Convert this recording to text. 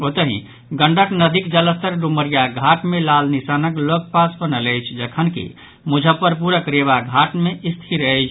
ओतहि गंडक नदीक जलस्तर डुमरिया घाट मे लाल निशानक लऽग पास बनल अछि जखनकि मुजफ्फरपुरक रेवा घाट मे स्थिर अछि